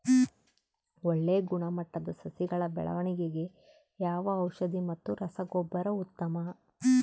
ಒಳ್ಳೆ ಗುಣಮಟ್ಟದ ಸಸಿಗಳ ಬೆಳವಣೆಗೆಗೆ ಯಾವ ಔಷಧಿ ಮತ್ತು ರಸಗೊಬ್ಬರ ಉತ್ತಮ?